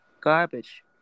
garbage